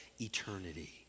eternity